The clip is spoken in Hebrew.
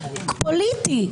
קואליציוני פוליטי.